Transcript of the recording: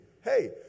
Hey